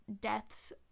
deaths